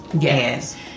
Yes